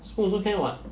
spoon also can [what]